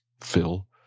Phil